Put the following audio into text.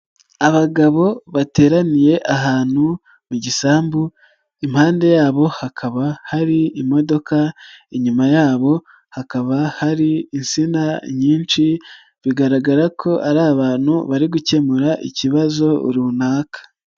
Abagabo bateraniye ahantu mu gisambu, impande yabo hakaba hari imodoka, inyuma yabo hakaba hari insina nyinshi, bigaragara ko ari abantu bari gukemura ikibazo runaka.